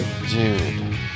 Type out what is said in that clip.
Dude